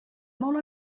molt